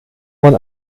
man